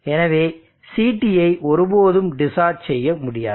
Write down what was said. எனவே CTயை ஒருபோதும் டிஸ்சார்ஜ் செய்ய முடியாது